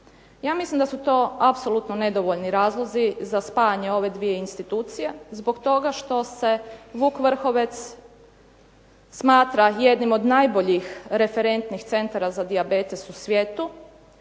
Ja mislim da su to apsolutno nedovoljni razlozi za spajanje ove 2 institucije zbog toga što se "Vuk Vrhovec" smatra jednim od najboljih referentnih centara za dijabetes u svijetu